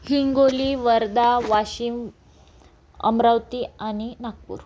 हिंगोली वर्धा वाशिम अमरावती आणि नागपूर